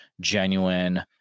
genuine